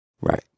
Right